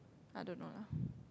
I don't know lah